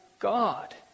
god